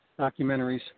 documentaries